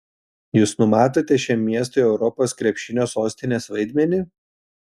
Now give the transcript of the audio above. jūs numatote šiam miestui europos krepšinio sostinės vaidmenį